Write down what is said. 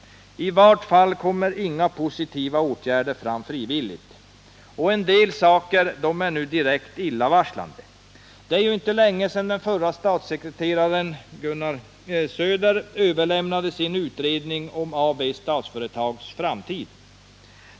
I varje fall kommer inga positiva åtgärder fram frivilligt. En del saker är direkt illavarslande. Det är ju inte länge sedan förre statssekreteraren Gunnar Söder överlämnade sin utredning om AB Statsföretags framtid.